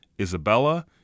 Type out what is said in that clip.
Isabella